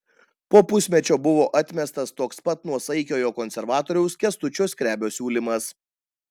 po pusmečio buvo atmestas toks pat nuosaikiojo konservatoriaus kęstučio skrebio siūlymas